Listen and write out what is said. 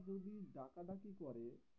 যদি ডাকা ডাকি করে